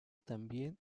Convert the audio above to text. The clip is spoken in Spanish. también